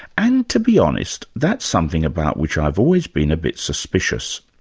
and to be honest, that's something about which i've always been a bit suspicious.